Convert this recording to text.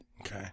Okay